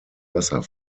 wasser